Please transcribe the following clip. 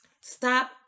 Stop